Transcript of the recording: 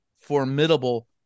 formidable